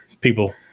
people